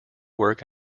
work